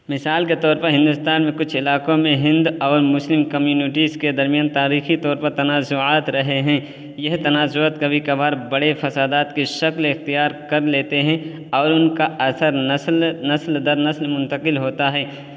مثال کے طور پر ہندوستان میں کچھ علاقوں میں ہند اور مسلم کمیونٹیز کے درمیان تاریخی طور پر تنازعات رہے ہیں یہ تنازعات کبھی کبھار بڑے فسادات کی شکل اختیار کر لیتے ہیں اور ان کا اثر نسل نسل در نسل منتقل ہوتا ہے